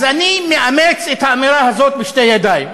אז אני מאמץ את האמירה הזאת בשתי ידיים,